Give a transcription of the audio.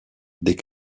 des